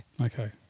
Okay